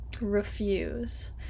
refuse